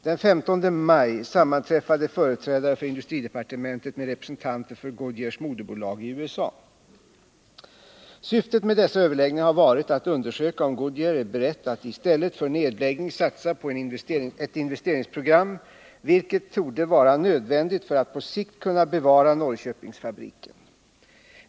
Den 15 maj sammanträffade företrädare för industridepartementet med representanter för Goodyears moderbolag i USA. Syftet med dessa överläggninar har varit att undersöka om Goodyear är berett att i stället för nedläggning satsa på ett investeringsprogram, vilket torde vara nödvändigt för att på sikt kunna bevara Norrköpingsfabriken.